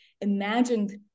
imagined